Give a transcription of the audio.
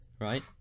right